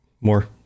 More